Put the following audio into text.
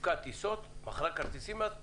שיווקה טיסות בקורונה?